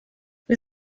wir